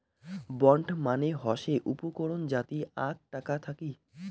bond মানে হসে উপকরণ যাতি আক টাকা থাকি